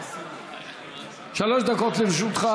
שלוש דקות לרשותך,